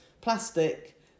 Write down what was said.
plastic